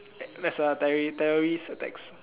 that's a terrori~ terrorist attacks